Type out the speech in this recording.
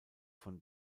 von